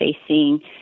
facing